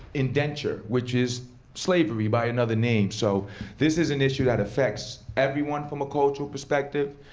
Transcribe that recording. indenture, which is slavery by another name. so this is an issue that affects everyone from a cultural perspective.